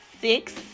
six